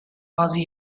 nazi